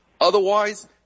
Otherwise